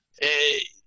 Hey